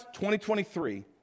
2023